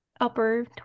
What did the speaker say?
upper